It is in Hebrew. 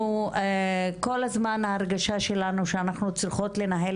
כל הזמן ההרגשה שלנו שאנחנו צריכות לנהל